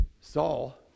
Saul